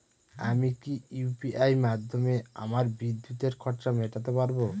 আমি কি ইউ.পি.আই মাধ্যমে আমার বিদ্যুতের খরচা মেটাতে পারব?